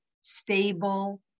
stable